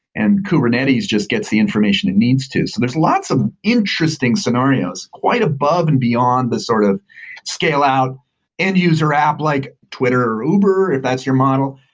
and kubernetes just gets the information it needs to. so there's lots of interesting scenarios quite above and beyond the sort of scale out end-user app like twitter or uber, if that's your model,